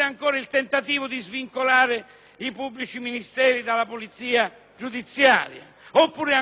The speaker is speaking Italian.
ancora, il tentativo di svincolare i pubblici ministeri dalla polizia giudiziaria; il problema se le intercettazioni telefoniche devono essere annullate o di fatto congelate